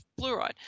fluoride